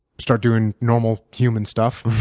start doing normal human stuff.